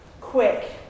quick